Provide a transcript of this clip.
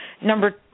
Number